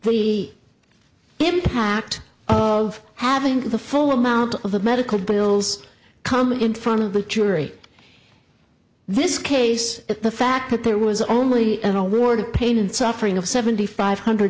the impact of having the full amount of the medical bills coming in front of the jury this case it the fact that there was only an award of pain and suffering of seventy five hundred